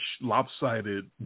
lopsided